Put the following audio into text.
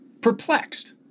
perplexed